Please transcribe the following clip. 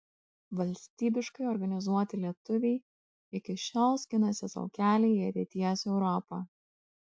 valstybiškai organizuoti lietuviai iki šiol skinasi sau kelią į ateities europą